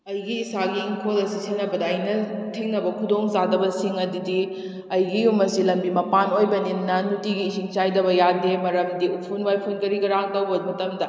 ꯑꯩꯒꯤ ꯏꯁꯥꯒꯤ ꯏꯪꯈꯣꯜ ꯑꯁꯤ ꯁꯦꯟꯅꯕꯗ ꯑꯩꯅ ꯊꯦꯡꯅꯕ ꯈꯨꯗꯣꯡ ꯆꯥꯗꯕꯁꯤꯡ ꯑꯗꯨꯗꯤ ꯑꯩꯒꯤ ꯌꯨꯝ ꯑꯁꯤ ꯂꯝꯕꯤ ꯃꯄꯥꯟ ꯑꯣꯏꯕꯅꯤꯅ ꯅꯨꯡꯇꯤꯒꯤ ꯏꯁꯤꯡ ꯆꯥꯏꯗꯕ ꯌꯥꯗꯦ ꯃꯔꯝꯗꯤ ꯎꯐꯨꯟ ꯋꯥꯏꯐꯨꯟ ꯀꯔꯤ ꯀꯔꯥ ꯇꯧꯕ ꯃꯇꯝꯗ